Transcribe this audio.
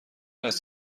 است